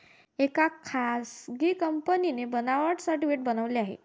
एका खासगी कंपनीने बनावट शेअर सर्टिफिकेट बनवले आहे